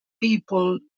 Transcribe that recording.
people